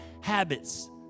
habits